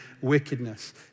wickedness